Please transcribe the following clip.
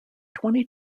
twenty